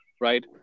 right